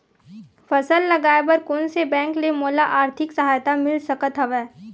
फसल लगाये बर कोन से बैंक ले मोला आर्थिक सहायता मिल सकत हवय?